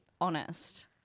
honest